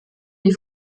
die